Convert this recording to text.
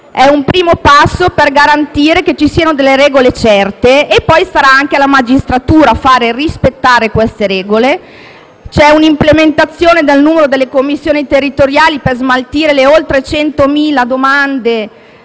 è un primo passo per garantire che ci siano delle regole certe, che starà poi anche alla magistratura far rispettare. È prevista un'implementazione del numero delle commissioni territoriali per smaltire le oltre 100.000 domande